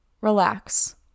relax